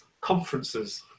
conferences